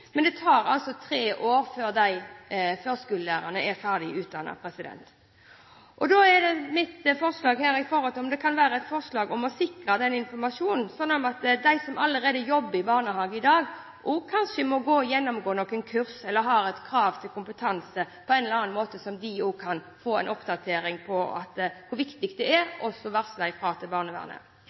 men det tar altså tre år før disse førskolelærerne er ferdig utdannet. Da er mitt forslag her for å sikre den informasjonen at de som allerede jobber i barnehagen i dag, kanskje også må gjennomgå noen kurs eller får et krav på seg til kompetanse på en eller annen måte, slik at de kan få en oppdatering på hvor viktig det er å varsle barnevernet. Mange av dem som jobber i barnehage i dag, har kurs bl.a. i brannsikring og HMS. Kanskje skulle det også